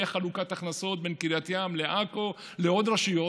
תהיה חלוקת הכנסות בין קריית ים, עכו ועוד רשויות.